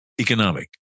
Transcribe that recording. economic